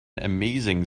amazing